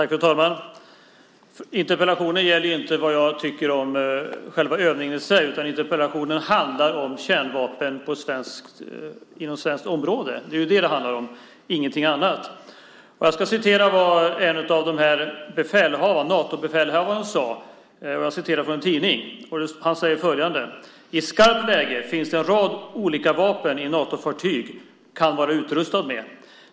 Fru talman! Interpellationen gäller inte vad jag tycker om själva övningen i sig, utan interpellationen handlar om kärnvapen inom svenskt område. Det är det den handlar om, ingenting annat. Jag ska återge vad en av Natobefälhavarna sade enligt en tidning. Han sade följande: I skarpt läge finns det en rad olika vapen ett Natofartyg kan vara utrustat med.